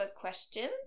questions